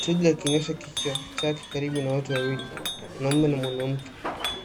Twiga akionyesha kichwa chake karibu na watu wawili, mwanamume na mwanawake